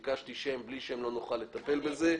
ביקשתי שם ובלי שם לא נוכל לטפל בזה.